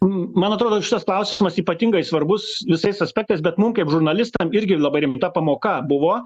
man atrodo šitas klausimas ypatingai svarbus visais aspektais bet mum kaip žurnalistam irgi labai rimta pamoka buvo